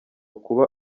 kuba